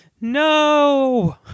No